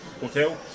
Hotel